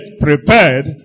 prepared